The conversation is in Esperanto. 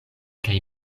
kaj